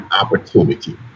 opportunity